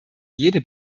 jede